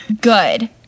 good